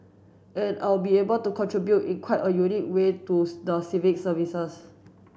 and I'll be able to contribute in quite a unique way to the civic services